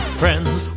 friends